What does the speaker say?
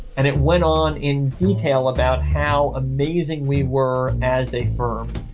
and it went on in detail about how amazing we were as a firm.